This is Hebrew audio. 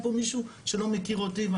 אין פה מישהו שלא מכיר אותי.